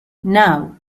now